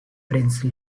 prince